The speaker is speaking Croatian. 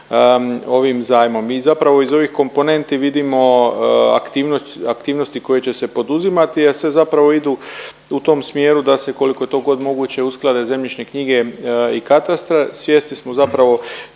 ovim zajmom i zapravo iz ovih komponenti vidimo aktivnosti koje će se poduzimati jer se zapravo idu u tom smjeru da se koliko je to god moguće usklade zemljišne knjige i katastar. Svjesni smo zapravo